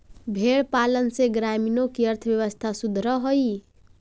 भेंड़ पालन से ग्रामीणों की अर्थव्यवस्था सुधरअ हई